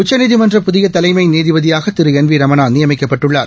உச்சநீதிமன்ற புதிய தலைமை நீதிபதியாக திரு என் வி ரமணா நியமிக்கப்பட்டுள்ளார்